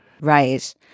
right